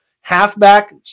halfback